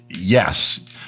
yes